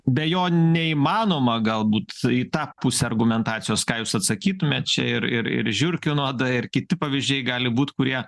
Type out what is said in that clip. be jo neįmanoma galbūt į tą pusę argumentacijos ką jūs atsakytumėt čia ir ir ir žiurkių nuodai ir kiti pavyzdžiai gali būti kurie